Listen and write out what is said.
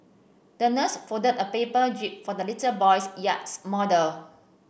the nurse folded a paper jib for the little boy's yachts model